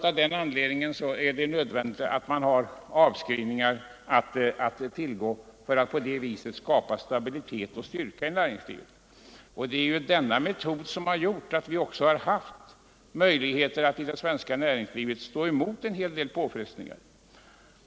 Av den anledningen är det nödvändigt att göra avskrivningar för att på det sättet skapa stabilitet och styrka i näringslivet. Det är denna metod som gjort att det svenska näringslivet kunnat stå emot en hel del påfrestningar.